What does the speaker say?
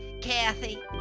Kathy